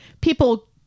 people